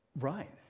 Right